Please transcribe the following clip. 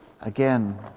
again